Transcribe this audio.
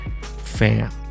fam